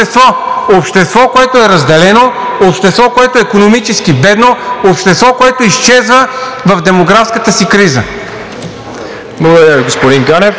общество, което е разделено, общество, което е икономически бедно, общество, което изчезва в демографската си криза. ПРЕДСЕДАТЕЛ